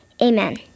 Amen